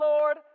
Lord